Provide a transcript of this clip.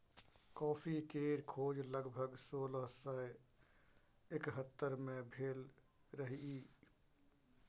coffee केर खोज लगभग सोलह सय एकहत्तर मे भेल रहई